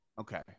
Okay